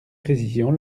précisions